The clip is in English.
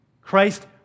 Christ